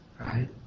right